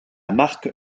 marque